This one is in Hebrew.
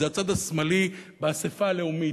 זה הצד השמאלי באספה הלאומית,